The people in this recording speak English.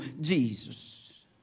Jesus